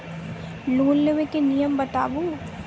Loan लेबे के नियम बताबू?